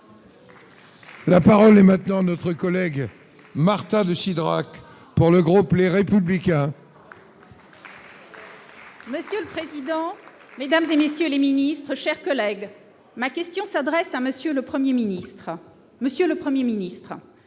La parole est maintenant notre collègue Martin décidera pour le groupe, les républicains. Monsieur le président, Mesdames et messieurs les Ministres, chers collègues, ma question s'adresse à monsieur le 1er ministre monsieur le 1er ministre